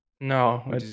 No